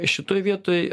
šitoj vietoj